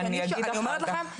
אני אומרת לכם,